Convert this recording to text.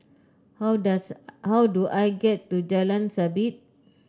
how dose how do I get to Jalan Sabit